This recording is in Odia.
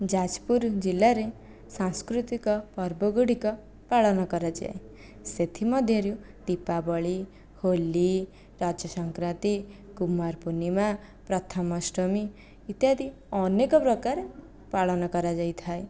ଯାଜପୁର ଜିଲ୍ଲାରେ ସାଂସ୍କୃତିକ ପର୍ବଗୁଡ଼ିକ ପାଳନ କରାଯାଏ ସେଥିମଧ୍ୟରୁ ଦୀପାବଳି ହୋଲି ରଜ ସଂକ୍ରାନ୍ତି କୁମାରପୂର୍ଣ୍ଣିମା ପ୍ରଥମାଷ୍ଟମୀ ଇତ୍ୟାଦି ଅନେକ ପ୍ରକାର ପାଳନ କରାଯାଇଥାଏ